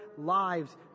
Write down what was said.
lives